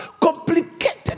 complicated